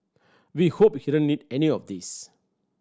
we hope he didn't need any of these